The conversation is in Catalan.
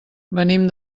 venim